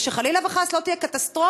שחלילה וחס לא תהיה קטסטרופה,